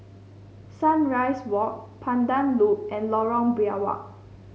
Sunrise Walk Pandan Loop and Lorong Biawak